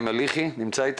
אתה מציג את